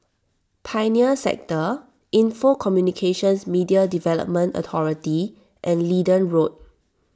Pioneer Sector Info Communications Media Development Authority and Leedon Road